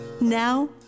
now